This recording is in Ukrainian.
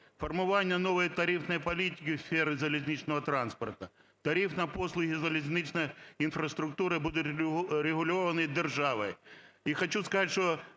Формування нової тарифної політики у сфері залізничного транспорту, тариф на послуги залізничної інфраструктури буде регульований державою.